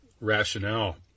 rationale